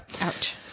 Ouch